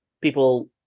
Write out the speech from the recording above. people